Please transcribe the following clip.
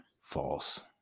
false